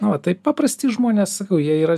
na va tai paprasti žmonės jie yra